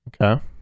okay